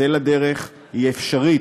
צא לדרך, היא אפשרית,